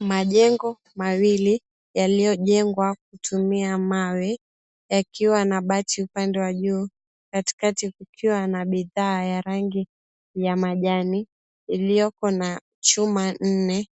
Majengo mawili yaliyojengwa kutumia mawe yakiwa na bati upande wa juu, katikati kukiwa na bidhaa ya rangi ya majani iliyoko na chuma nne.